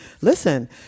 listen